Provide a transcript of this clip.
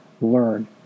learn